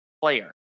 player